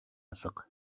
алга